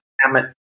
Hammett